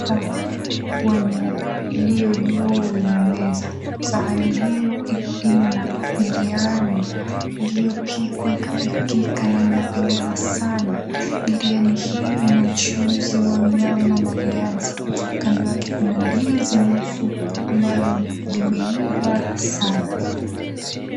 Sahani kubwa nyeupe iliyojuu ya meza. Sahani hiyo imo na biriani iliyopikwa ikapikika na inapendeza sana. Biriani hiyo ina mchuzi wa nyama na viazi. Kando yake kuna ndizi nusu ambalo limeiva saana.